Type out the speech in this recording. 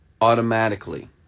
automatically